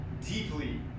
deeply